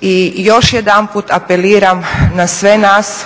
I još jedanput apeliram na sve nas